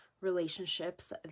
relationships